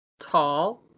tall